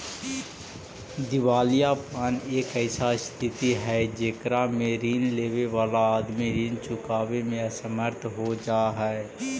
दिवालियापन एक ऐसा स्थित हई जेकरा में ऋण लेवे वाला आदमी ऋण चुकावे में असमर्थ हो जा हई